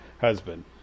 husband